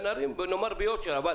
נאמר ביושר שאין